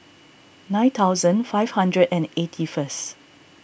nine thousand five hundred and eighty first